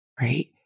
right